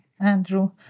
Andrew